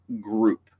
group